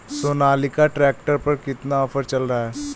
Sonalika tractor पर कितना offer चल रहा है?